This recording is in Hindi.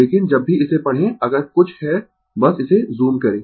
लेकिन जब भी इसे पढ़ें अगर कुछ है बस इसे जूम करें